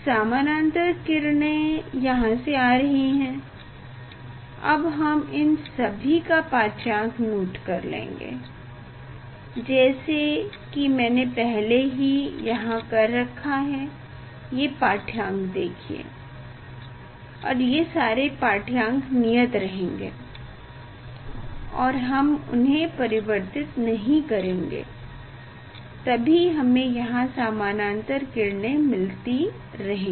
समानांतर किरणें यहाँ से आ रही हैं अब हम इन सभी का पाठ्यांक नोट कर लेंगे जैसा की मैने पहले ही यहाँ कर रखा है ये पाठ्यांक देखिए और ये सारे पाठ्यांक नियत रहेंगे हैं और हम उन्हे परिवर्तित नहीं करेंगे तभी हमें यहाँ समानांतर किरणें मिलती रहेंगी